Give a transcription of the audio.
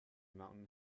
mountain